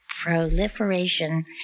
proliferation